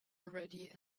already